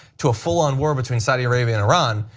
to a full and war between saudi arabia and iran,